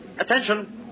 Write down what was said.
Attention